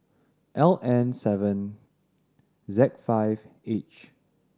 L N seven Z five H